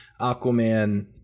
Aquaman